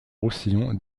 roussillon